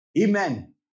Amen